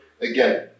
again